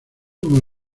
como